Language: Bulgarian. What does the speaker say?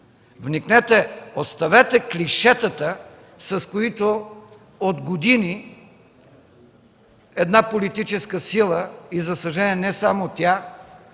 Вникнете, оставете клишетата, с които от години една политическа сила, за съжаление не само тя,